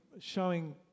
showing